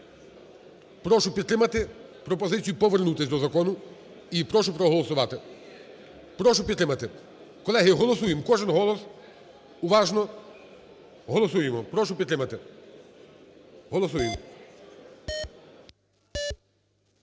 Прошу підтримати пропозицію повернутися до закону і прошу проголосувати, прошу підтримати. Колеги, голосуємо, кожен голос, уважно голосуємо. Прошу підтримати. Голосуємо.